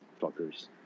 fuckers